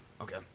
Okay